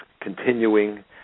continuing